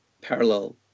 parallel